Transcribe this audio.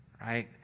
right